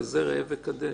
כזה ראה וקדש.